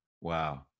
wow